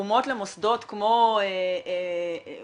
תרומות למוסדות כמו אוניברסיטאות,